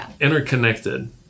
interconnected